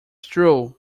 true